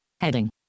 heading